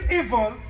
evil